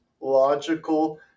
logical